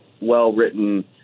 well-written